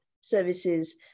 services